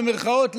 במירכאות,